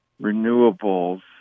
renewables